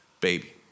baby